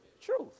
Truth